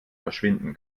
verschwinden